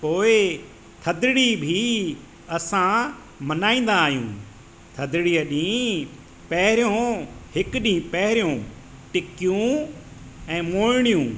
पोएं थधिड़ी बि असां मनाईंदा आहियूं थधिड़ीअ ॾींहुं पहिरियों हिकु ॾींहुं पहिरियों टिकियूं ऐं मोइणियूं